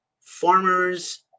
farmers